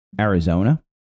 Arizona